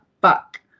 back